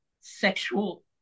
sexual